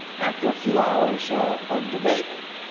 after a few hours of debate,